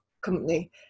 Company